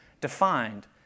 defined